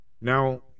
Now